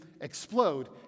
explode